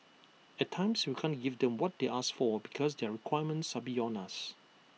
at times we can't give them what they ask for because their requirements are beyond us